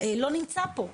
לא נמצא פה.